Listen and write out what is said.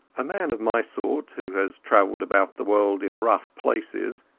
a man of my sort, who has travelled about the world in rough places,